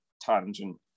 tangent